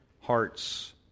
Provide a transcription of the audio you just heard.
hearts